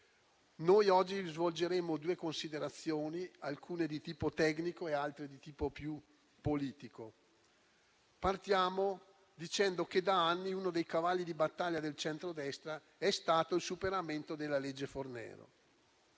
Noi oggi svolgeremo due considerazioni, alcune di tipo tecnico e altre di tipo più politico. Partiamo dicendo che da anni uno dei cavalli di battaglia del centrodestra è stato il superamento della legge Fornero.